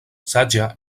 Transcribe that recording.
saĝa